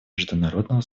международного